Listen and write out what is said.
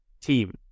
team